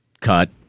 cut